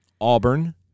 Auburn